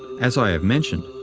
as i have mentioned,